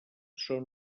són